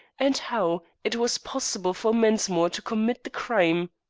and how, it was possible for mensmore to commit the crime.